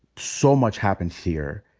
so much happens here.